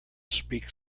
speak